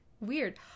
weird